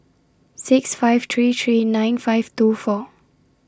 six five three three nine five two four